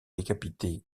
décapiter